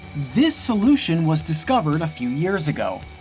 this solution was discovered a few years ago.